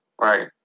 Right